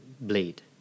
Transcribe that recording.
blade